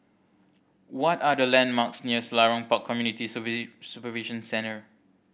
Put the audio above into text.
what are the landmarks near Selarang Park Community Supervision Centre